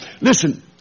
Listen